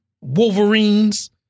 Wolverines